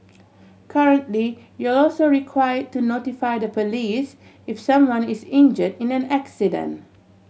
currently you're also require to notify the police if someone is injured in an accident